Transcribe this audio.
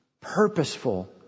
purposeful